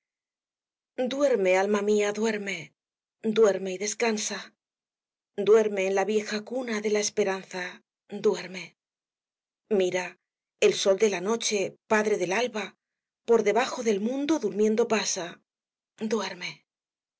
duerme alma mía duerme duerme y descansa duerme en la vieja cuna de la esperanza duerme mira el sol de la noche padre del alba por debajo del mundo durmiendo pasa duerme